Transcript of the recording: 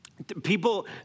People